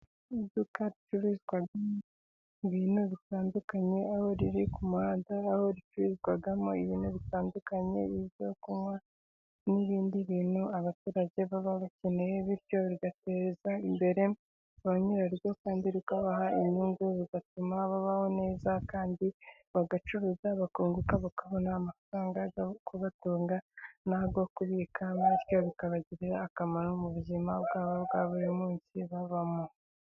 Iduka ricururizwamo ibintu bintu bitandukanye aho riri ku muhanda, aho ricururizwamo ibintu bitandukanye byo kunywa n'ibindi bintu abaturage baba bakeneye, bityo bigateza imbere ba nyiraryo kandi bikabaha inyungu, bigatuma babaho neza kandi bagacuruza bakunguka, bakabona amafaranga yo kubatunga no kubika, bityo bikabagirira akamaro mu buzima bwabo bwa buri munsi babamo.